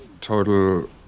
total